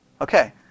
Okay